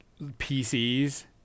PCs